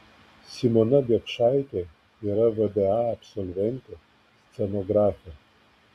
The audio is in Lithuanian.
simona biekšaitė yra vda absolventė scenografė